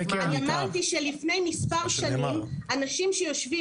אני אמרתי שלפני מספר שנים אנשים שיושבים